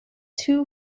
two